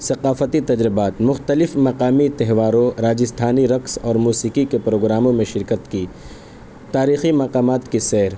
ثقافتی تجربات مختلف مقامی تہواروں راجستھانی رقص اور موسیقی کے پروگراموں میں شرکت کی تاریخی مقامات کی سیر